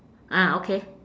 ah okay